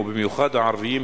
ובמיוחד הערביים,